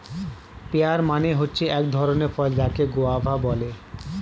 pair মানে হচ্ছে এক ধরণের ফল যাকে গোয়াভা বলে